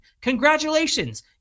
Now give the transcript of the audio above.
Congratulations